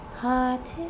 heart